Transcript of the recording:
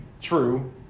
true